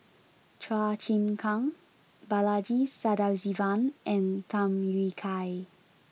Chua Chim Kang Balaji Sadasivan and Tham Yui Kai